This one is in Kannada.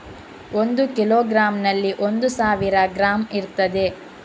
ಒಂದು ಕಿಲೋಗ್ರಾಂನಲ್ಲಿ ಒಂದು ಸಾವಿರ ಗ್ರಾಂ ಇರ್ತದೆ